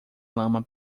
lama